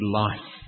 life